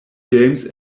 games